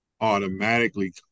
automatically